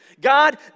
God